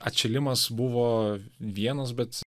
atšilimas buvo vienas bet